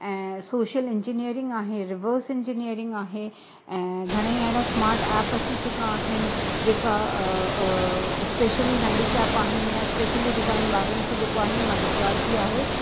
ऐं social engineering आहे reverse engineering आहे ऐं घणेई अहिड़ा स्मार्ट एप अची चुका आहिनि जेका स्पेशली हैंडीकैप आहिनि यां स्पेशली डिज़ाइन ॿारनि खे जेको आहे मददगार थी आहे त